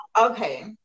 Okay